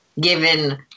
Given